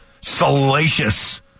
salacious